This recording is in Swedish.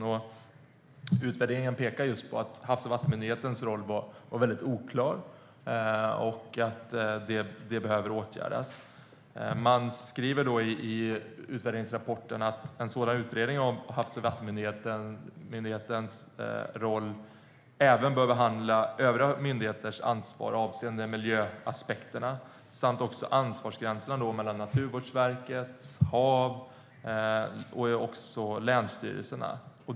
I utvärderingen pekar man just på att Havs och vattenmyndighetens roll var väldigt oklar och att det behöver åtgärdas. I utvärderingsrapporten skriver man att en sådan utredning av Havs och vattenmyndighetens roll även bör behandla övriga myndigheters ansvar avseende miljöaspekterna och också ansvarsgränserna mellan Naturvårdsverket, Havs och vattenmyndigheten och länsstyrelserna.